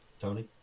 Tony